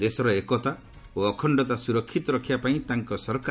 ଦେଶର ଏକତା ଓ ଅଖଣ୍ଡତା ସୁରକ୍ଷିତ ରଖିବାପାଇଁ ତାଙ୍କ ସରକାର